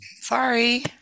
sorry